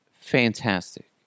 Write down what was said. fantastic